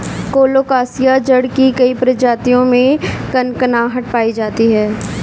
colocasia जड़ के कई प्रजातियों में कनकनाहट पायी जाती है